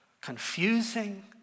confusing